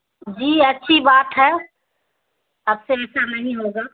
جی اچھی بات ہے اب سے ایسا نہیں ہوگا